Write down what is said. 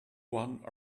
one